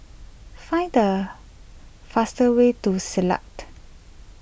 find the faster way to say lapt